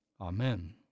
Amen